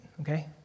okay